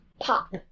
Pop